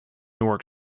nor